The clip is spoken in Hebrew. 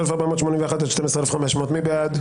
12,421 עד 12,440, מי בעד?